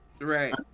Right